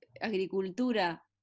agricultura